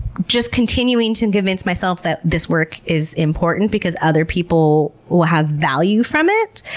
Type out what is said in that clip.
just continuing to and convince myself that this work is important because other people will have value from it.